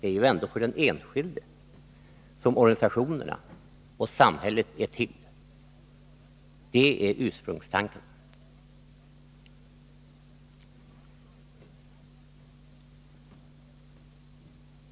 Det är ju för den enskilda människan som organisationerna och samhället är till — det är ursprungstanken.